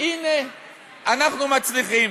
הנה אנחנו מצליחים.